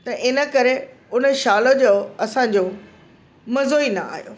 त इन करे उन शाल जो असांजो मज़ो ई न आयो